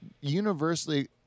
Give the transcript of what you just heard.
universally